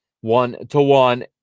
one-to-one